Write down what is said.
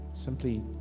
simply